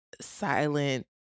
silent